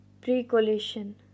pre-collision